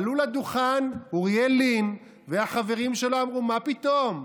עלו לדוכן אוריאל לין והחברים שלו ואמרו: מה פתאום?